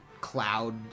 cloud